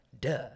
duh